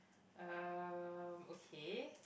uh okay